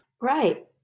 Right